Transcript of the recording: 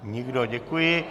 Nikdo, děkuji.